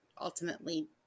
ultimately